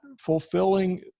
fulfilling